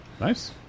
Nice